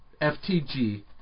FTG